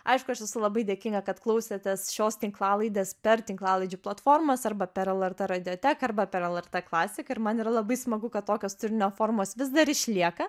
aišku aš esu labai dėkinga kad klausėtės šios tinklalaidės per tinklalaidžių platformas arba per lrt radioteką arba per lrt klasiką ir man yra labai smagu kad tokios turinio formos vis dar išlieka